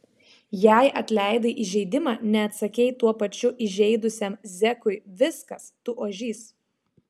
jei atleidai įžeidimą neatsakei tuo pačiu įžeidusiam zekui viskas tu ožys